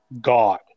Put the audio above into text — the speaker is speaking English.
god